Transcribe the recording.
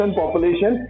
population